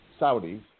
Saudis